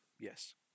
Yes